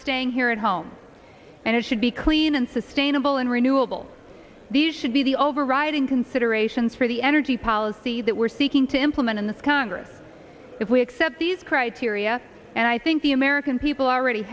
staying here at home and it should be clean and sustainable and renewable these should be the overriding considerations for the energy policy that we're seeking to implement in this congress if we accept these criteria and i think the american people already